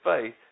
faith